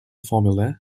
formulae